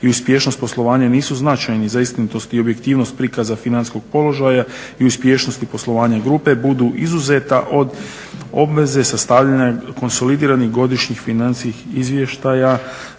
i uspješnost poslovanja nisu značajni za istinitost i objektivnost prikaza financijskog položaja i uspješnost i poslovanje grube budu izuzeta od obveze sastavljanja konsolidiranih godišnjih financijskih izvještaja.